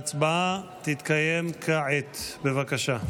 ההצבעה תתקיים כעת, בבקשה.